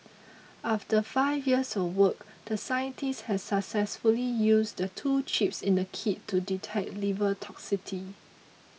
after five years of work the scientists has successfully used the two chips in the kit to detect liver toxicity